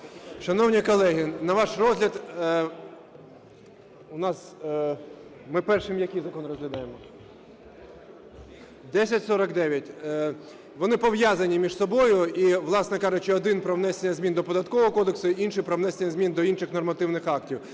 Шановні колеги, на ваш розгляд у нас… Ми першим який закон розглядаємо? 1049. Вони пов'язані між собою і, власне кажучи, один – про внесення змін до Податкового кодексу, інший – про внесення змін до інших нормативних актів.